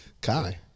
Kai